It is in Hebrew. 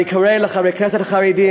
אני קורא לחברי הכנסת החרדים,